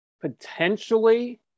potentially